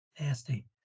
nasty